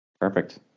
Perfect